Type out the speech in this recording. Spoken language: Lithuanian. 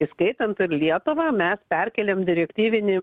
įskaitant ir lietuvą mes perkėlėme direktyvinį